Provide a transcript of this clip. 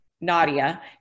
Nadia